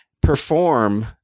perform